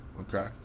okay